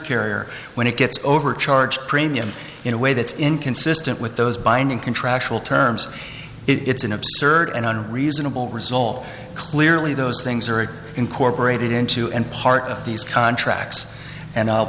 carrier when it gets overcharged premium in a way that's inconsistent with those binding contractual terms it's an absurd and an reasonable result clearly those things are incorporated into and part of these contracts and i